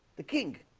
the king